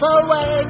away